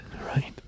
Right